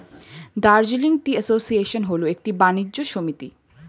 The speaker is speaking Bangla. দার্জিলিং টি অ্যাসোসিয়েশন হল একটি বাণিজ্য সমিতি